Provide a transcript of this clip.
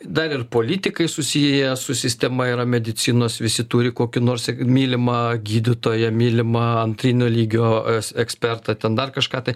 dar ir politikai susiję su sistema yra medicinos visi turi kokį nors mylimą gydytoją mylimą antrinio lygio ekspertą ten dar kažką tai